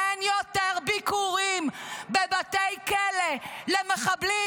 אין יותר ביקורים בבתי כלא למחבלים,